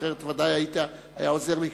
שכן אחרת ודאי היית עוזר לי,